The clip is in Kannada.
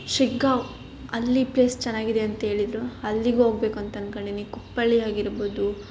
ಶಿಗ್ಗಾವಿ ಅಲ್ಲಿ ಪ್ಲೇಸ್ ಚೆನ್ನಾಗಿದೆ ಅಂತ ಹೇಳಿದ್ರು ಅಲ್ಲಿಗೂ ಹೋಗ್ಬೇಕು ಅಂತ ಅನ್ಕಣಿನಿ ಕುಪ್ಪಳಿಯಾಗಿರ್ಬೊದು